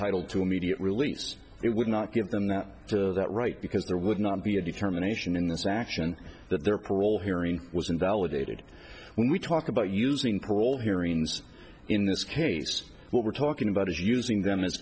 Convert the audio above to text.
entitled to immediate release it would not give them that that right because there would not be a determination in this action that there role hearing was invalidated when we talk about using parole hearings in this case what we're talking about is using them as